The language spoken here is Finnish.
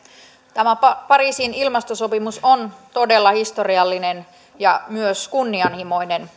tämä pariisin ilmastosopimus on todella historiallinen ja myös kunnianhimoinen